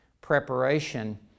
preparation